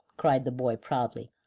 cried the boy proudly.